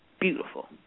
beautiful